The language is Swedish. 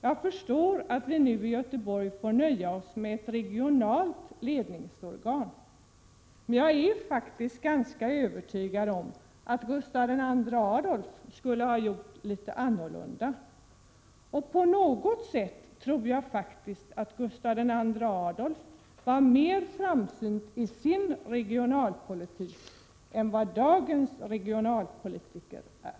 Jag förstår att vi i Göteborg nu får nöja oss med ett regionalt ledningsorgan. Jag är övertygad om att Gustav II Adolf skulle ha gjort annorlunda. Och på något sätt tror jag att Gustav II Adolf var mer framsynt i sin politik än vad dagens regionalpolitiker är.